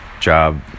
job